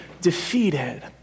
defeated